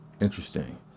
Interesting